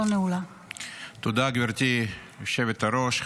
גברתי היושבת-ראש.